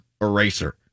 eraser